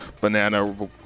Banana